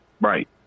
Right